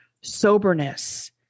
soberness